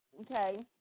okay